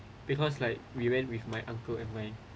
because like we went with my uncle and my